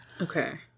Okay